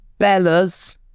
Bellas